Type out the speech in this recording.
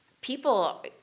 people